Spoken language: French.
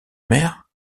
maire